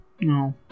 no